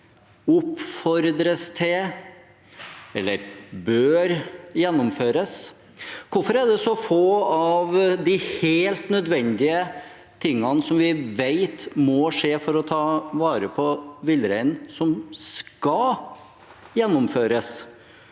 «oppfordres til», eller «bør gjennomføres»? Hvorfor er det så få av de helt nødvendige tingene som vi vet må skje for å ta vare på villreinen, som skal gjennomføres?